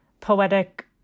poetic